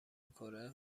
کره